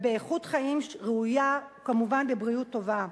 ובאיכות חיים ראויה, כמובן בבריאות טובה.